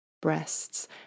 Breasts